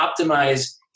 optimize